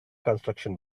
construction